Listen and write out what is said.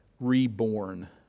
reborn